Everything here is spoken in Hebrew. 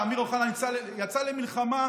אמיר אוחנה יצא למלחמה,